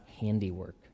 handiwork